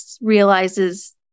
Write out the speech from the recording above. realizes